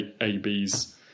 ABs